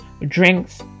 drinks